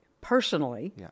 personally